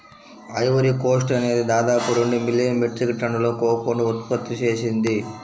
Ivory Coast అనేది దాదాపు రెండు మిలియన్ మెట్రిక్ టన్నుల కోకోను ఉత్పత్తి చేసింది